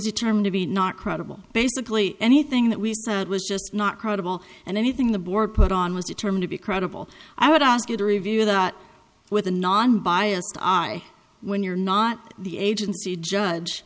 determined to be not credible basically anything that we said was just not credible and anything the board put on was determined to be credible i would ask you to review that with a non biased i when you're not the agency judge